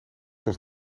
was